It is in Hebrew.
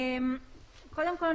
קודם כול,